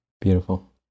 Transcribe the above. Beautiful